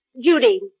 Judy